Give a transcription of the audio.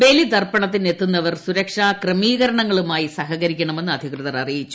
ബലിതർപ്പണത്തിനെത്തുന്നവർ സുരക്ഷാ ക്രമീകരണങ്ങളുമായി സഹകരിക്കണ്മെന്ന് അധികൃതർ അറിയിച്ചു